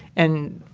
and,